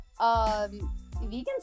vegans